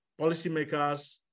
policymakers